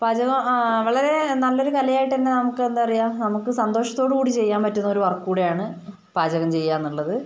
പാചകം വളരെ നല്ലൊരു കലയായിട്ട് തന്നെ നമുക്ക് എന്താ പറയുക നമുക്ക് സന്തോഷത്തോടുകൂടി ചെയ്യാൻ പറ്റുന്ന ഒരു വർക്ക് കൂടിയാണ് പാചകം ചെയ്യുകയെന്നുള്ളത്